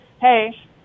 hey